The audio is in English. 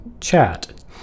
chat